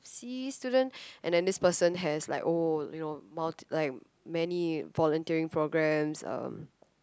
C student and then this person has like oh multi you know like many volunteering programmes